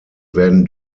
werden